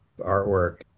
artwork